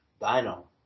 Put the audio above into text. Dino